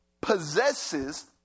possesses